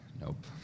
Nope